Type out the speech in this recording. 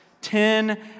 Ten